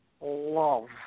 love